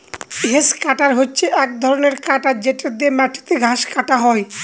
hedge cutter হচ্ছে এক ধরনের কাটার যেটা দিয়ে মাটিতে ঘাস কাটা হয়